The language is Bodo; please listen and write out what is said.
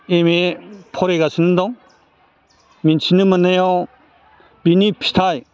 एम ए फरायगासिनो दं मोनथिनो मोननायाव बिनि फिथाइ